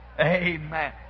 Amen